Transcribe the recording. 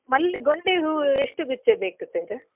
ಮಲ್ಲಿಗೆ ಗೊಂಡೆ ಹೂವು ಎಷ್ಟು ಗುಚ್ಚೆ ಬೇಕು ಸರ್